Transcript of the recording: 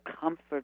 comfort